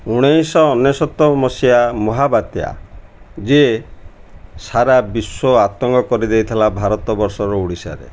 ଉଣେଇଶିଶହ ଅନେଶତ ମସିହା ମହାବାତ୍ୟା ଯିଏ ସାରା ବିଶ୍ୱ ଆତଙ୍ଗ କରିଦେଇଥିଲା ଭାରତ ବର୍ଷର ଓଡ଼ିଶାରେ